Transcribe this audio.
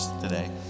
today